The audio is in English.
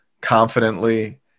confidently